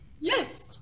Yes